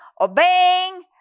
obeying